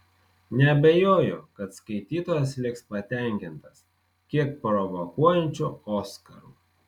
neabejoju kad skaitytojas liks patenkintas kiek provokuojančiu oskaru